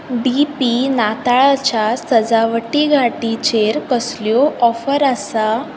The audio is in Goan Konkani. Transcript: डी पी नातालांच्या सजावटी घांटीचेर कसल्योय ऑफरी आसा